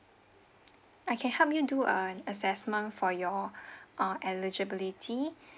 I can help you do a uh assessment for your uh eligibility